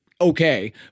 okay